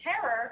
terror